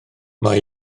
mae